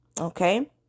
okay